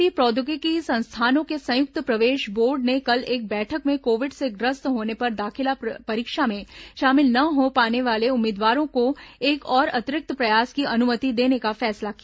भारतीय प्रौद्योगिकी संस्थानों के संयुक्त प्रवेश बोर्ड ने कल एक बैठक में कोविड से ग्रस्त होने पर दाखिला परीक्षा में शामिल न हो पाने वाले उम्मीदवारों को एक और अतिरिक्त प्रयास की अनुमति देने का फैसला किया